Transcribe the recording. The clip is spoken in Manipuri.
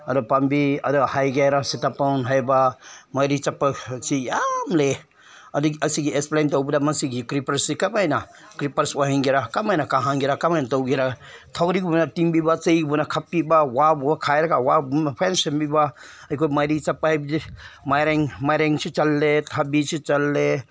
ꯑꯗ ꯄꯥꯝꯕꯤ ꯑꯗꯨ ꯍꯥꯏꯒꯦꯔꯥ ꯁꯤꯇꯥꯕꯣꯟ ꯍꯥꯏꯕ ꯃꯔꯤ ꯆꯠꯄ ꯁꯤ ꯌꯥꯝ ꯂꯩꯌꯦ ꯑꯗꯒꯤ ꯑꯁꯤꯒꯤ ꯑꯦꯛꯁꯄ꯭ꯂꯦꯟ ꯇꯧꯕꯗ ꯃꯁꯤꯒꯤ ꯀ꯭ꯔꯤꯄꯔꯁꯤ ꯀꯃꯥꯏꯅ ꯀ꯭ꯔꯤꯄꯔꯁ ꯑꯣꯏꯍꯟꯒꯦꯔꯥ ꯀꯃꯥꯏꯅ ꯀꯥꯍꯟꯒꯦꯔꯥ ꯀꯃꯥꯏꯅ ꯇꯧꯒꯦꯔꯥ ꯊꯧꯔꯤꯒꯨꯝꯕꯅ ꯇꯤꯡꯕꯤꯕ ꯆꯩꯒꯨꯝꯕꯅ ꯈꯥꯕꯤꯕ ꯋꯥ ꯋꯥ ꯈꯥꯏꯔꯒ ꯋꯥꯒꯨꯝꯕꯅ ꯐꯖꯅ ꯁꯦꯝꯕꯤꯕ ꯑꯩꯈꯣꯏ ꯃꯔꯤ ꯆꯠꯄ ꯍꯥꯏꯕꯁꯦ ꯃꯥꯏꯔꯦꯟ ꯃꯥꯏꯔꯦꯟꯁꯨ ꯆꯠꯂꯦ ꯊꯕꯤꯁꯨ ꯆꯠꯂꯦ